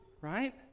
Right